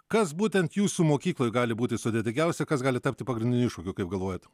kas būtent jūsų mokykloj gali būti sudėtingiausia kas gali tapti pagrindiniu iššūkiu kaip galvojat